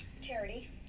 Charity